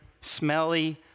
smelly